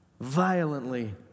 violently